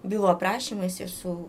bylų aprašymais ir su